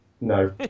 No